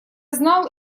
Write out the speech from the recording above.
знал